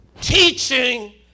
teaching